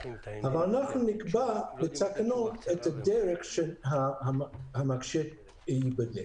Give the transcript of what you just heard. אבל אנחנו נקבע בתקנות את הדרך שהמכשיר ייבדק.